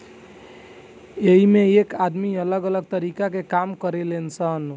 एइमें एक आदमी अलग अलग तरीका के काम करें लेन